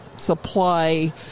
supply